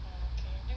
orh okay